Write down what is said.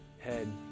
head